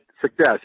success